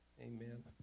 Amen